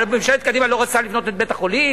מה, ממשלת קדימה לא רצתה לבנות את בית-החולים?